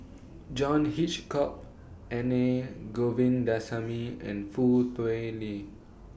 John Hitchcock any Govindasamy and Foo Tui Liew